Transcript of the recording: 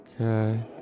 Okay